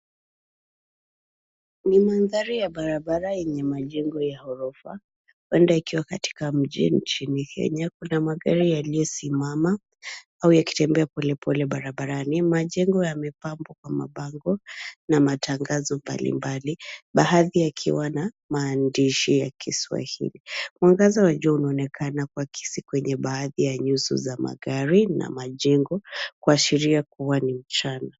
Ni mandhari ya barabara yenye majengo ya ghorofa huenda ikiwa katika mjini nchini Kenya. Kuna magari yaliyosimama au yakitembea polepole barabarani. Majengo yamepambwa kwa mabango na matangazo mbalimbali baadhi yakiwa na maandishi ya kiswahili. Mwangaza wa jua unaonekana kuakisi kwenye baadhi ya nyuso za magari na majengo kuashiria kuwa ni mchana.